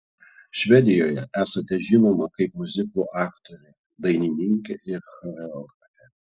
švedijoje esate žinoma kaip miuziklų aktorė dainininkė ir choreografė